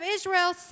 Israel